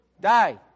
die